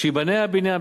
כשייבנה הבניין,